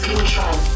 Control